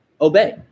Obey